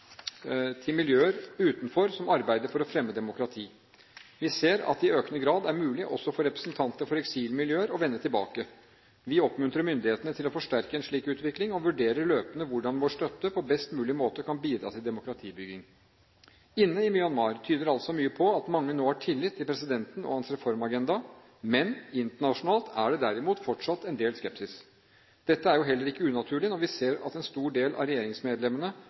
miljøer utenfor som arbeider for å fremme demokratiet. Vi ser at det i økende grad er mulig også for representanter for eksilmiljøer å vende tilbake. Vi oppmuntrer myndighetene til å forsterke en slik utvikling og vurderer løpende hvordan vår støtte på best mulig måte kan bidra til demokratibygging. Inne i Myanmar tyder altså mye på at mange nå har tillit til presidenten og hans reformagenda, men internasjonalt er det derimot fortsatt en del skepsis. Dette er jo heller ikke unaturlig når vi ser at en stor del av regjeringsmedlemmene